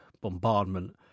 bombardment